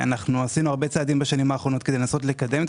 ועשינו הרבה צעדים בשנים האחרונות כדי לנסות לקדם את